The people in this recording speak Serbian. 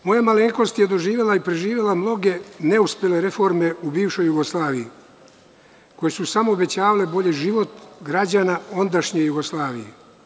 Moja malenkost je doživela i preživela mnoge neuspele reforme u bivšoj Jugoslaviji, koje su samo obećavale bolji život građana ondašnje Jugoslavije.